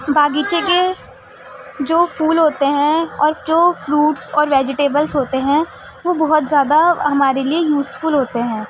باغیچے کے جو پھول ہوتے ہیں اور جو فروٹس اور ویجیٹیبلس ہوتے ہیں وہ بہت زیادہ ہمارے لیے یوزفل ہوتے ہیں